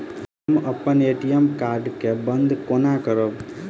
हम अप्पन ATM card केँ बंद कोना करेबै?